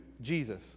Jesus